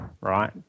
right